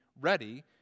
ready